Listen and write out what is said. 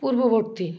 পূর্ববর্তী